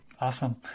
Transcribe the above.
Awesome